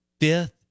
fifth